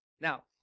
Now